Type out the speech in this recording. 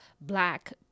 black